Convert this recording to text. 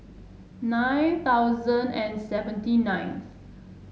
nine thousand and seventy ninth